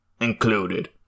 Included